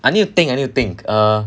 I need to think I need to think err